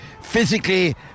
Physically